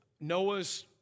Noah's